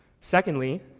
Secondly